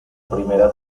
primera